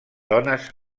dones